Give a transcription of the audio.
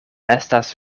estas